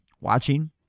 watching